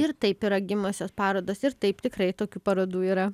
ir taip yra gimusios parodos ir taip tikrai tokių parodų yra